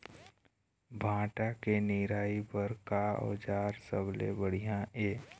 भांटा के निराई बर का औजार सबले बढ़िया ये?